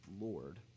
Lord